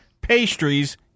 pastries